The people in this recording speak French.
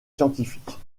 scientifiques